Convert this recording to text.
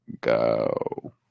go